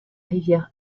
rivière